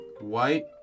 White